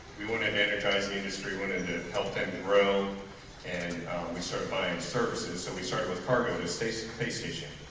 we wanted to energize the industry. we wanted to help them to grow and we start buying services so we started with cargo for the space and space station